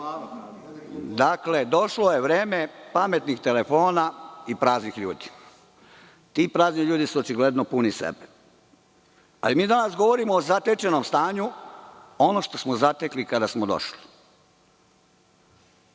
Dakle, došlo je vreme pametnih telefona i praznih ljudi. Ti prazni ljudi su očigledno puni sebe, a i mi danas govorimo o zatečenom stanju, ono što smo zatekli kada smo došli.